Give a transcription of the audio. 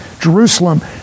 Jerusalem